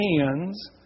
hands